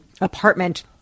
apartment